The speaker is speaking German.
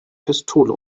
pistole